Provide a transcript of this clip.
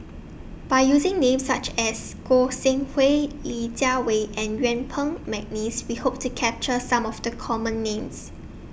By using Names such as Goi Seng Hui Li Jiawei and Yuen Peng Mcneice We Hope to capture Some of The Common Names